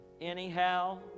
anyhow